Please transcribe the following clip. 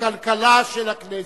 הכלכלה נתקבלה.